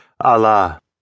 Allah